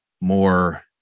more